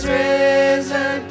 risen